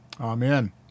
Amen